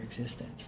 existence